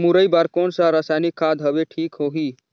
मुरई बार कोन सा रसायनिक खाद हवे ठीक होही?